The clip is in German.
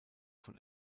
von